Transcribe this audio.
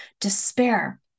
despair